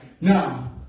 Now